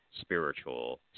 spiritual